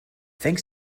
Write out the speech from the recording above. thanks